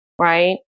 right